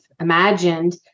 imagined